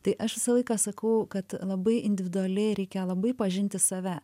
tai aš visą laiką sakau kad labai individualiai reikia labai pažinti save